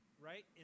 right